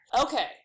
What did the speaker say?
Okay